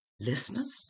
listeners